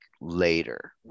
later